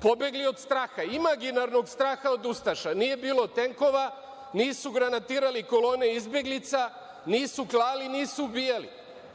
pobegli od straha, imaginarnog straha od ustaša. Nije bilo tenkova, nisu granatirali kolone izbeglica, nisu klali, nisu ubijali.